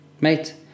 Mate